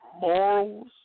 morals